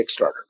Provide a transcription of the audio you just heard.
Kickstarter